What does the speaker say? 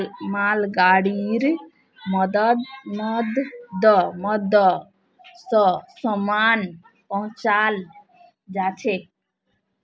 मालगाड़ीर मदद स सामान पहुचाल जाछेक